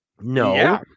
No